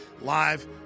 live